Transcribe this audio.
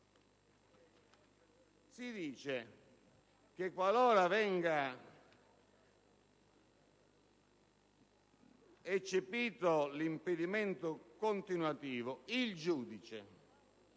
il comma 4? Qualora venga eccepito l'impedimento continuativo, il giudice